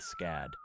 SCAD